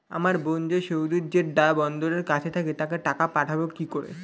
আমার বোন যে সৌদির জেড্ডা বন্দরের কাছে থাকে তাকে টাকা পাঠাবো কি করে?